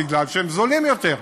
מפני שהם זולים יותר.